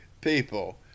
people